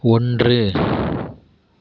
ஒன்று